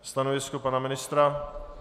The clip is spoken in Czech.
Stanovisko pana ministra?